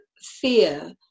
fear